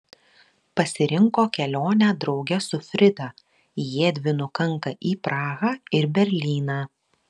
pasirinko kelionę drauge su frida jiedvi nukanka į prahą ir berlyną